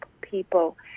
people